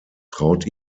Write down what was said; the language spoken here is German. traut